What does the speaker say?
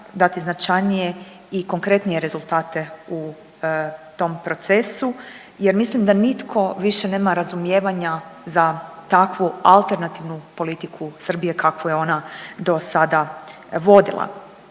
dati značajnije i konkretnije rezultate u tom procesu jer mislim da nitko više nema razumijevanja za takvu alternativnu politiku Srbije kakvu je ona do sada vodila.